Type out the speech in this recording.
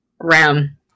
Ram